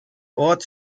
ort